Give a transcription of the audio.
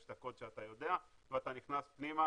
יש את הקוד שאתה יודע ואתה נכנס פנימה,